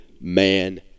man